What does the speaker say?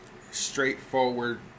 straightforward